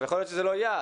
יכול להיות שזה לא יעד,